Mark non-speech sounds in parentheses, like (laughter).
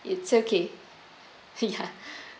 it's okay ya (laughs)